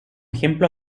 ejemplo